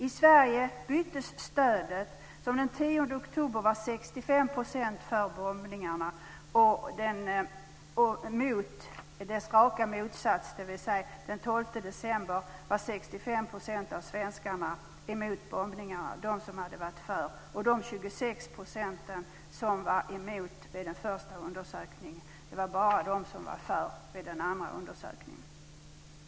I Sverige byttes stödet, som den 10 oktober var 65 % för bombningarna, mot dess raka motsats. Den 12 december var nämligen 65 % av svenskarna emot bombningarna, lika många som tidigare hade varit för dem. Och bara 26 %, så många som var emot bombningarna vid den första undersökningen, var för dem vid den andra undersökningen.